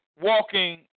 walking